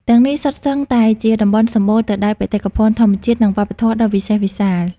ទាំងនេះសុទ្ធសឹងតែជាតំបន់សម្បូរទៅដោយបេតិកភណ្ឌធម្មជាតិ និងវប្បធម៌ដ៏វិសេសវិសាល។